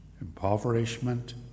impoverishment